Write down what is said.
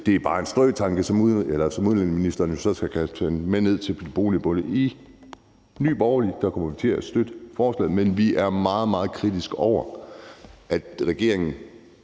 Det er bare en strøtanke, som udlændingeministeren så kan tage med videre. I Nye Borgerlige kommer vi til at støtte forslaget, men vi er meget, meget kritiske over for, at regeringen